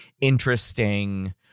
interesting